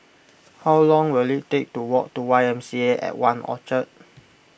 how long will it take to walk to Y M C A at one Orchard